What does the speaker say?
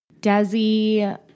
Desi